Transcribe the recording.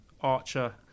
Archer